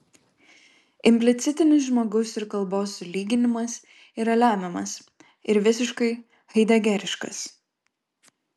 implicitinis žmogaus ir kalbos sulyginimas yra lemiamas ir visiškai haidegeriškas